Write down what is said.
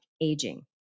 aging